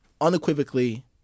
unequivocally